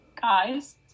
Guys